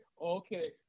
okay